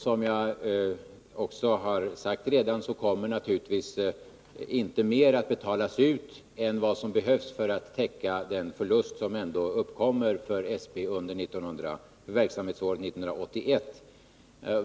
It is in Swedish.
Som jag redan har sagt kommer naturligtvis inte mer att betalas ut än vad som behövs för att täcka den förlust som ändå uppkommer för SP under verksamhetsåret 1981.